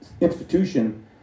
Institution